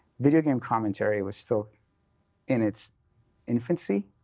video game commentary was still in its infancy.